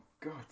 god